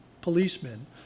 policemen